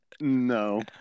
no